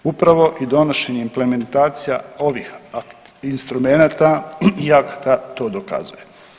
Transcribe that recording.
Upravo i donošenjem implementacija ovih instrumenata i akata to dokazuje.